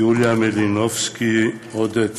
יוליה מלינובסקי, עודד פורר,